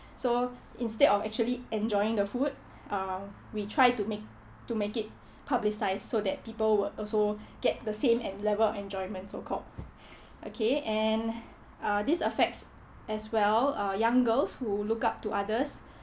so instead of actually enjoying the food uh we tried to make to make it publicized so that people would also get the same and level of enjoyment so called okay and uh this affects as well uh young girls who look up to others